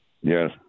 Yes